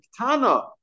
katana